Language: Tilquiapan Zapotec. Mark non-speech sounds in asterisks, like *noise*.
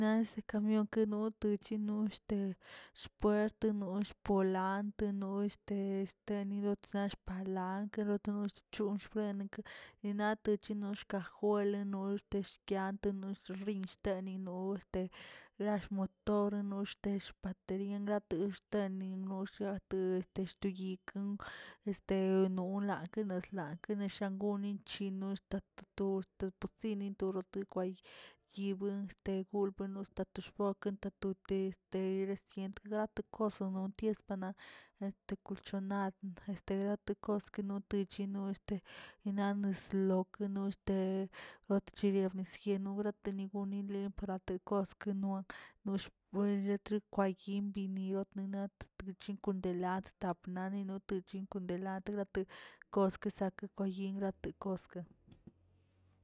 Nase kamionka nok wechino shte shpuert nosh volant nosh este- estenino shpalank *unintelligible* nosh fren nikə ninat shno kajuel notsh shkyant rinshtenino lallꞌ motor, xtesh baterian, nosh xtenin xyate, axt noyikə, este no lankə noyak kenihsangonich no statoto tosini toraskway yibuen' stagonlo xtatobkon tatoo este rsguiente rat kosono toesban' este kolchonad este koskono guechino este yinani sloo gueno este lotechiguisrnier nograteni goni len parate goskenoan xpoeret kway yimbi not na totchinki *unintelligible* tapnani notichingolatgra kosk kesak goyin ratekoske.